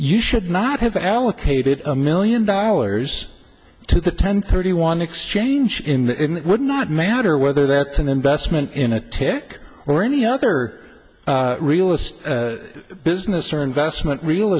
you should not have allocated a million dollars to the ten thirty one exchange in it would not matter whether that's an investment in a tick or any other real estate business or investment real